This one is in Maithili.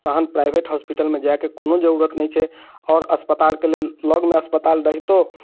तहन प्राइवेट होस्पिटलमे जायके कोनो जरूरत नहि छै आओर अस्पतालके लेल लगमे अस्पताल रहितो